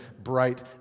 bright